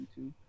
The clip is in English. YouTube